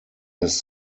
his